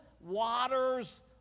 waters